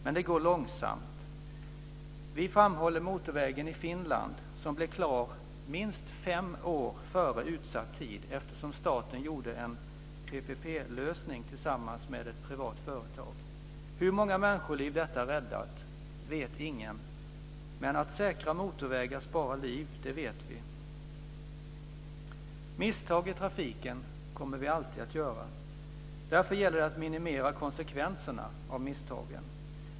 Men det går långsamt. Vi framhåller motorvägen i Finland som blev klar minst fem år före utsatt tid eftersom staten gjorde en PPP-lösning tillsammans med ett privat företag. Hur många människoliv detta räddat vet ingen. Men att säkra motorvägar sparar liv, det vet vi. Misstag i trafiken kommer vi alltid att göra. Därför gäller det att minimera konsekvenserna av misstagen.